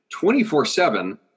24-7